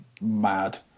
mad